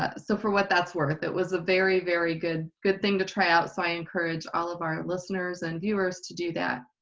so for what that's worth it was a very very good good thing to try out so i encourage all of our listeners and viewers to do that.